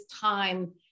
time